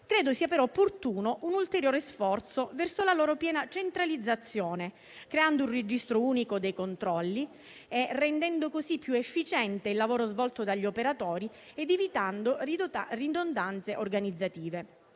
credo sia però opportuno un ulteriore sforzo verso la loro piena centralizzazione, creando un registro unico dei controlli, rendendo così più efficiente il lavoro svolto dagli operatori ed evitando ridondanze organizzative.